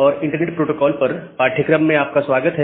और internet protocol पर पाठ्यक्रम में आपका स्वागत है